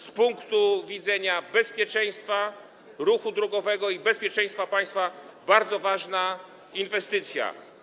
Z punktu widzenia bezpieczeństwa ruchu drogowego i bezpieczeństwa państwa jest to bardzo ważna inwestycja.